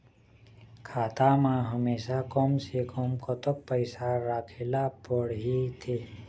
खाता मा हमेशा कम से कम कतक पैसा राखेला पड़ही थे?